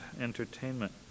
entertainment